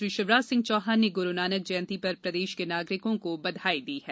मुख्यमंत्री शिवराज सिंह चौहान ने गुरुनानक जयंती पर प्रदेश के नागरिकों को बधाई दी है